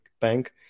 bank